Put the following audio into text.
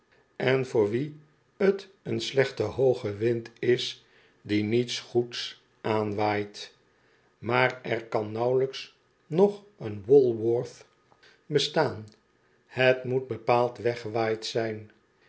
en voor wie t een slechte hooge wind is die niets goeds aanwaait maar er kan nauwelijks nog een wal worth bestaan het moet bepaald weggewaaid zijn